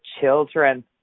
children